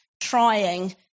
trying